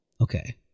Okay